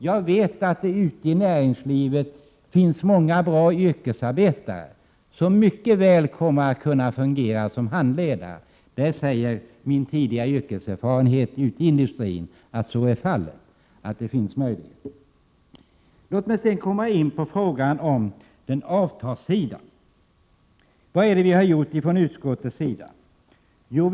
Jag vet att det ute i näringslivet finns många bra yrkesarbetare, som mycket väl kommer att kunna fungera som handledare. Det säger min tidigare yrkeserfarenhet från industrin. Låt mig så komma in på avtalssidan. Vad har utskottet gjort?